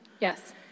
Yes